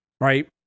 right